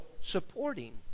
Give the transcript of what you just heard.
supporting